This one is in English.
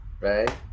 right